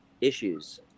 issues